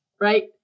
right